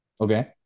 okay